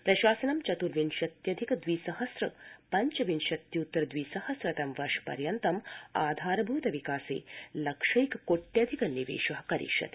प्रशासनं चत्र्विंशत्यधिक दविसहस्र पञ्चविंशत्यूत्तर दविसहस्रतम वर्ष पर्यन्तं आधारभूत विकासे लक्षैक कोट्यधिक निवेश करिष्यति